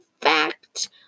fact